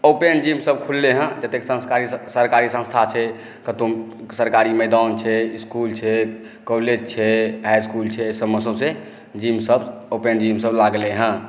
open जिमसभ खुललै हँ जतेक सरकारी संस्था छै कतहु सरकारी मैदान छै इसकुल छै कॉलेज छै हाई स्कूल छै सभमे सौँसे ओपेन जिमसभ लागलै हँ